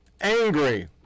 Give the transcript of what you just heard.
angry